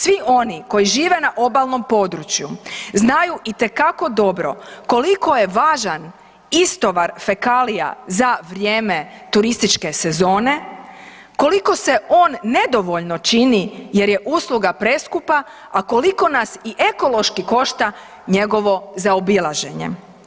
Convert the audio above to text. Svi oni koji žive na obalnom području, znaju itekako dobro koliko je važan istovar fekalija za vrijeme turističke sezone, koliko se on nedovoljno čini jer je usluga preskupa a koliko nas i ekološki košta njegovo zaobilaženje.